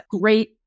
great